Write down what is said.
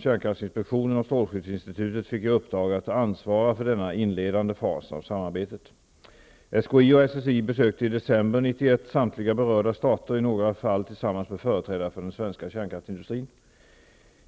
Kärnkraftinspektionen och strålskyddsinstitutet fick i uppdrag att ansvara för denna inledande fas av samarbetet. SKI och SSI besökte i december 1991 samtliga berörda stater, i några fall tillsammans med företrädare för den svenska kärnkraftsindustrin.